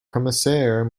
commissaire